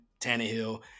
Tannehill